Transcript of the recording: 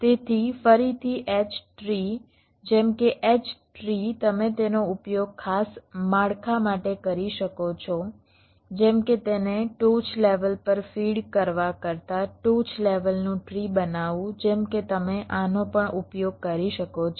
તેથી ફરીથી H tree જેમ કે H ટ્રી તમે તેનો ઉપયોગ ખાસ માળખા માટે કરી શકો છો જેમ કે તેને ટોચ લેવલ પર ફીડ કરવા કરતાં ટોચ લેવલનું ટ્રી બનાવવું જેમ કે તમે આનો પણ ઉપયોગ કરી શકો છો